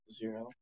zero